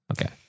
Okay